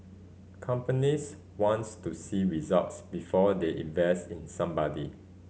companies wants to see results before they invest in somebody